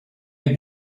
est